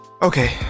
Okay